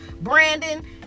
Brandon